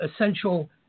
essential